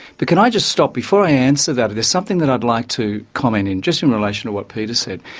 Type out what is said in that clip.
but can i just stop, before i answer that, there's something that i'd like to comment in, just in relation to what peter just said.